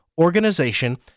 organization